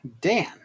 Dan